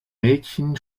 mädchen